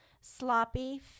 Sloppy